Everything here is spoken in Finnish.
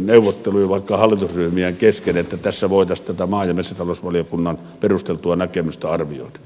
neuvotteluja vaikka hallitusryhmien kesken että tässä voitaisiin tätä maa ja metsätalousvaliokunnan perusteltua näkemystä arvioida